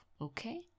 Okay